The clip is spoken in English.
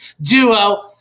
duo